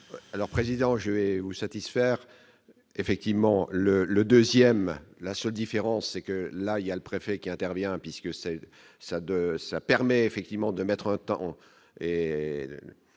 Alors président, je vais vous satisfaire effectivement le le 2ème la seule différence c'est que là il y a le préfet, qui intervient, puisque c'est ça, de ça permet effectivement de mettre parents